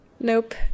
Nope